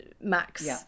Max